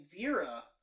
Vera